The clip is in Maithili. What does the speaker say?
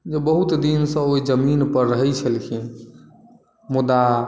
जे बहुत दिन सॅं ओहि जमीन पर रहै छलखिन मुदा